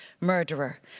murderer